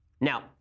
Now